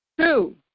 Two